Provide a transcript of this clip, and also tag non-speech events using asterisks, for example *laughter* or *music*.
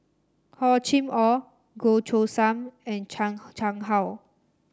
Hor Chim Or Goh Choo San and Chan *noise* Chang How